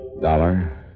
Dollar